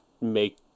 make